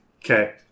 Okay